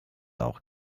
auch